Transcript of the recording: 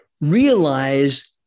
Realize